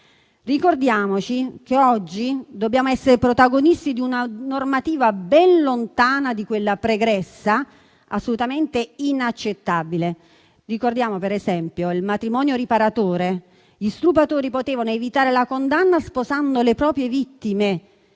Ricordiamoci che oggi dobbiamo essere protagonisti di una normativa ben lontana da quella pregressa, assolutamente inaccettabile. Ricordiamo per esempio il matrimonio riparatore: gli stupratori potevano evitare la condanna sposando le proprie vittime.